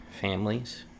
families